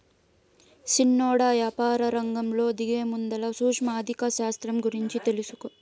సిన్నోడా, యాపారరంగంలో దిగేముందల సూక్ష్మ ఆర్థిక శాస్త్రం గూర్చి తెలుసుకో